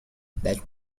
that